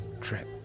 trip